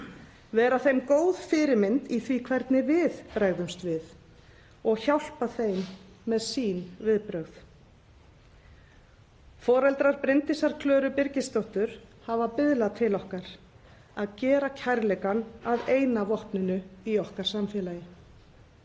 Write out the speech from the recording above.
Vera þeim góð fyrirmynd í því hvernig við bregðumst við og hjálpa þeim með sín viðbrögð. Foreldrar Bryndísar Klöru Birgisdóttur hafa biðlað til okkar að gera kærleikann að eina vopninu í okkar samfélagi.